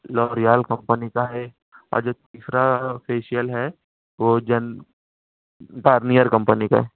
L'Oreal company کا ہے اور جو تیسرا فیشیل ہے وہ جن گارنیئر کمپنی کا ہے